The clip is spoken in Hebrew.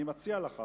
אני מציע לך,